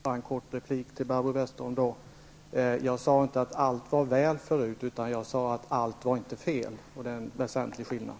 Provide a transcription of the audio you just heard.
Herr talman! Jag sade inte att allt var väl förut, Barbro Westerholm, utan att allt inte var fel. Det är en väsentlig skillnad.